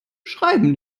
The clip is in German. schreiben